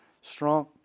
strong